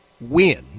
win